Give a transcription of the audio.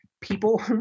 people